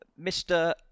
Mr